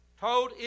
told